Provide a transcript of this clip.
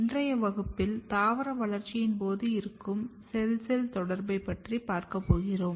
இன்றைய வகுப்பில் தாவர வளர்ச்சியின் போது இருக்கும் செல் செல் தொடர்பு பற்றி பார்க்கப்போகிறோம்